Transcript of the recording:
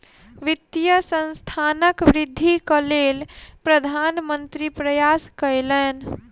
वित्तीय संस्थानक वृद्धिक लेल प्रधान मंत्री प्रयास कयलैन